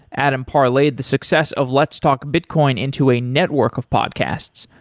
adam parlayed the success of let's talk bitcoin into a network of podcasts,